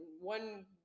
one